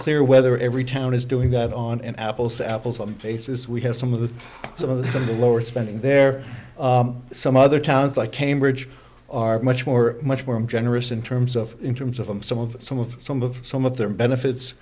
clear whether every town is doing that on an apples to apples on basis we have some of the some of the lower spending there some other towns like cambridge are much more much more i'm generous in terms of in terms of them some of some of some of some of their benefits